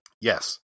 yes